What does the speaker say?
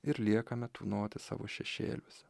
ir liekame tūnoti savo šešėliuose